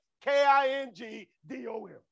K-I-N-G-D-O-M